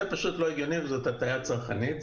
זה פשוט לא הגיוני, זו הטעיה צרכנית.